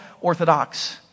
Orthodox